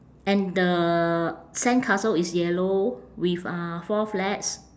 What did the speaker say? and the sandcastle is yellow with uh four flags